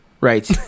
Right